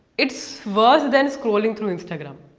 it's worse than scrolling through instagram.